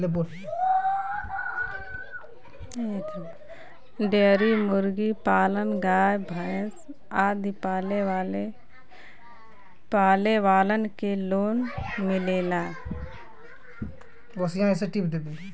dairy मुर्गी पालन गाय भैस आदि पाले वालन के लोन मिलेला